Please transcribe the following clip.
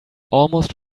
almost